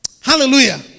Hallelujah